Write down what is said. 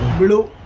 little